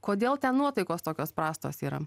kodėl ten nuotaikos tokios prastos yra